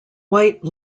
white